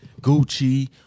Gucci